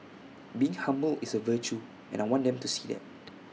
being humble is A virtue and I want them to see that